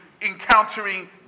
encountering